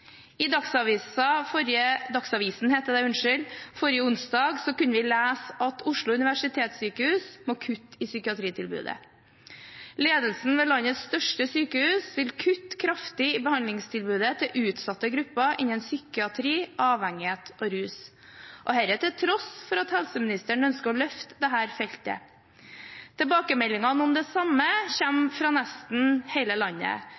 I Dagsavisen forrige onsdag kunne vi lese at Oslo universitetssykehus må kutte i psykiatritilbudet. Ledelsen ved landets største sykehus vil kutte kraftig i behandlingstilbudet til utsatte grupper innen psykiatri, avhengighet og rus, og det til tross for at helseministeren ønsker å løfte dette feltet. Tilbakemeldingene om det samme kommer fra nesten hele landet.